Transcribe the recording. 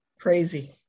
crazy